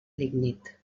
lignit